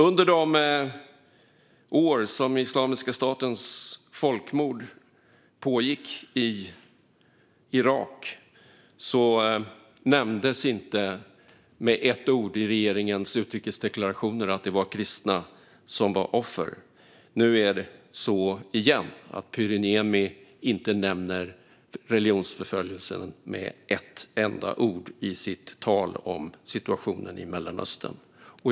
Under de år som Islamiska statens folkmord pågick i Irak nämndes inte med ett enda ord i regeringens utrikesdeklarationer att det var kristna som var offer. Nu är det återigen så att Pyry Niemi inte nämner religionsförföljelsen med ett enda ord i sitt tal om situationen i Mellanöstern.